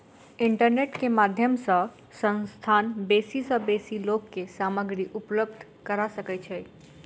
internet के माध्यम सॅ संस्थान बेसी सॅ बेसी लोक के सामग्री उपलब्ध करा सकै छै